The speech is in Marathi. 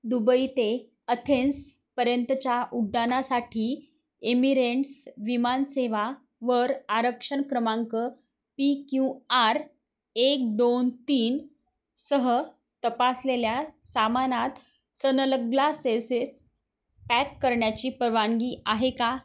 दुबई ते अथेन्सपर्यंतच्या उड्डाणासाठी एमिरेंट्स विमान सेवेवर आरक्षण क्रमांक पी क्यू आर एक दोन तीन सह तपासलेल्या सामानात सनलग्लासेसेस पॅक करण्याची परवानगी आहे का